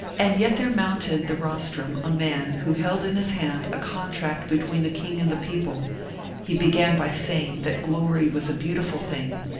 and yet there mounted the rostrum a man who held in his hand a contract between the king and the people he began by saying that glory was a beautiful thing,